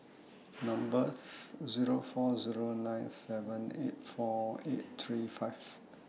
number's Zero four Zero nine seven eight four eight three five